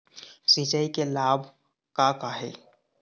सिचाई के लाभ का का हे?